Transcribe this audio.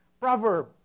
proverb